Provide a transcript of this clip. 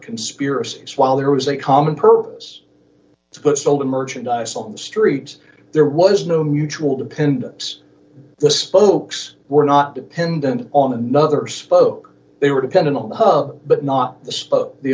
conspiracies while there was a common purpose to put stolen merchandise on the streets there was no mutual dependence the spokes were not dependent on another spoke they were dependent on the hub but not the